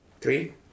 Three